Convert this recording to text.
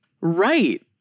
Right